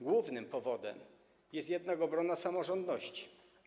Głównym powodem jest jednak obrona samorządności.